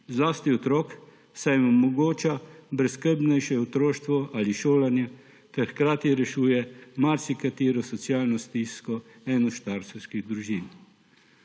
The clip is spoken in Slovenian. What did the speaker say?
zlasti otrok, saj jim omogoča brezskrbnejše otroštvo ali šolanje ter hkrati rešuje marsikatero socialno stisko enostarševskih družin.